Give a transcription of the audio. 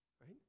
right